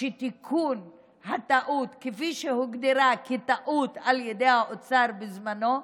שתיקון הטעות, שהוגדרה כטעות על ידי האוצר בזמנו,